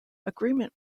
agreement